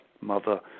mother